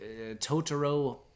Totoro